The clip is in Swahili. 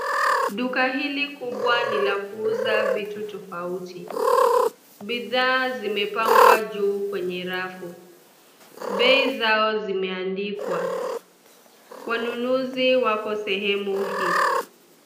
Duka hili kubwa ni la kuuza vitu tofauti. Bidhaa zimepangwa juu kwenye rafu. Bei zao zimeandikwa. wanunuzi wako sehemu hii.